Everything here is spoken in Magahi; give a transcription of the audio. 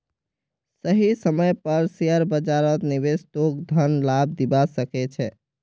सही समय पर शेयर बाजारत निवेश तोक धन लाभ दिवा सके छे